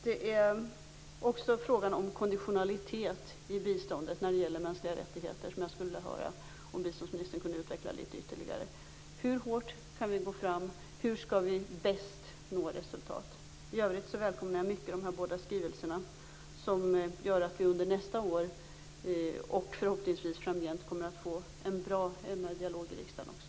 Jag skulle också vilja höra om biståndsministern ytterligare litet kan utveckla frågan om konditionalitet i biståndet när det gäller mänskliga rättigheter. Hur hårt kan vi gå fram? Hur skall vi bäst nå resultat? I övrigt välkomnar jag mycket de här båda skrivelserna. De gör att vi nästa år, och förhoppningsvis framgent, kommer att få en bra MR-dialog i riksdagen också.